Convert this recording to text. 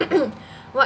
what